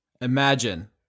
imagine